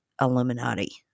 Illuminati